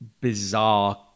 bizarre